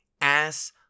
ass